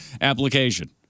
application